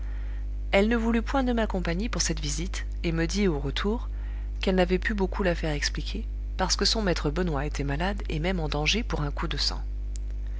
elle ne voulut point de ma compagnie pour cette visite et me dit au retour qu'elle n'avait pu beaucoup la faire expliquer parce que son maître benoît était malade et même en danger pour un coup de sang